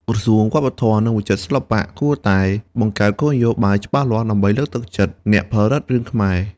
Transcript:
ក្រសួងវប្បធម៌ និងវិចិត្រសិល្បៈគួរតែបង្កើតគោលនយោបាយច្បាស់លាស់ដើម្បីលើកទឹកចិត្តអ្នកផលិតរឿងខ្មែរ។